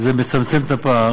זה מצמצם את הפער.